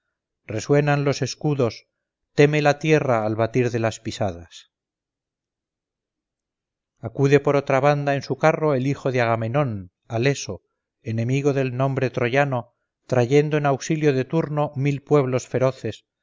resuenan los escudos teme la tierra al batir de las pisadas acude por otra banda en su carro el hijo de agamenón haleso enemigo del nombre troyano trayendo en auxilio de turno mil pueblos feroces